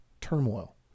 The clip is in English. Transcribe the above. Turmoil